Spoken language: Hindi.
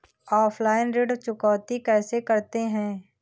ऑफलाइन ऋण चुकौती कैसे करते हैं?